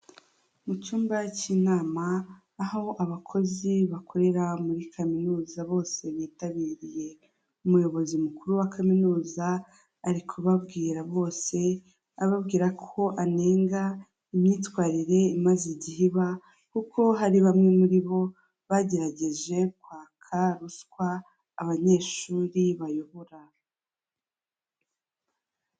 Umukobwa wambaye amaherena ni misatsi y'umukara n'inzara z'umukara uri gukanda ku gikuta cy'umweru cyera, uri kwamamariza umuyoboro w'itumanaho rya airtel mu gukwirakwiza amafaranga mu buryo bwo kugura umuriro mu buryo bworoshye.